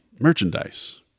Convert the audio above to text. merchandise